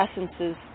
essences